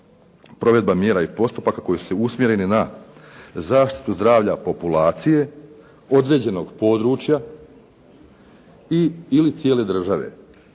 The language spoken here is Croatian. provedba mjera i postupaka koji su usmjereni na zaštitu zdravlja populacije određenog područja i/ili cijele države.